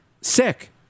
sick